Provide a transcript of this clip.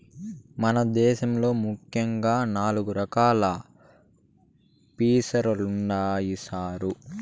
మన దేశంలో ముఖ్యంగా నాలుగు రకాలు ఫిసరీలుండాయి సారు